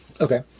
Okay